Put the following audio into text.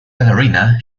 ballerina